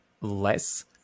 less